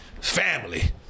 family